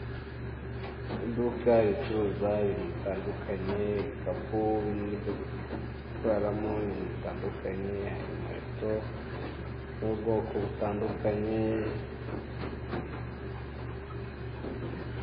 Iduka ricuruza ibintu bitandukanye, ibikapu birimo ibyo gutwaramo ibintu bitandukanye, hari inkweto z'ubwoko butandukanye.